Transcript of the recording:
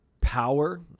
power